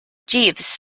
jeeves